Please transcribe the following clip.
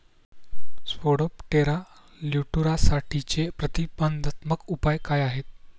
Spodoptera लिट्युरासाठीचे प्रतिबंधात्मक उपाय काय आहेत?